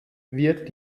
wird